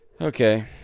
Okay